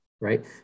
right